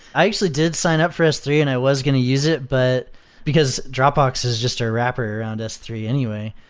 i actually did sign up for s three and i was going to use it, but because because dropbox is just a wrapper around s three anyway,